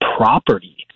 property